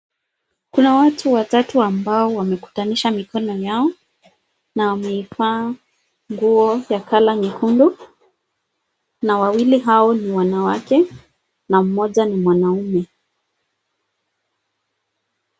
Kuna watu watatu ambao wanekutanisha mikono yao, na wamevaa nguo ya color nyekundu. Na wawili hao ni wanawake na mmoja ni mwanaume.